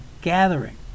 gathering